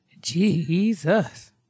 Jesus